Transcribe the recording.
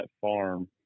farm